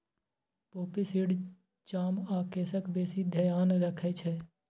poppy seed चाम आ केसक बेसी धेआन रखै छै